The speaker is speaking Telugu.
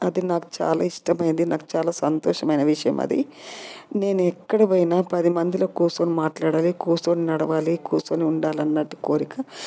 అది నాకు చాలా ఇష్టమైనది నాకు చాలా సంతోషమైన విషయం అది నేను ఎక్కడ పోయిన పదిమందిలో కూర్చొని మాట్లాడాలి కూర్చొని నడవాలి కూర్చొని ఉండాలి అన్నది కోరిక